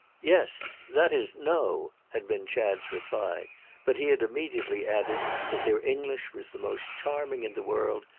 yes. that is no! had been chad's reply but he had immediately added that their english was the most charming in the world,